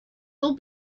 will